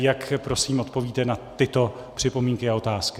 Jak prosím odpovíte na tyto připomínky a otázky?